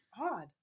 Odd